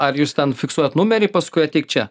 ar jūs ten fiksuojat numerį paskui ateik čia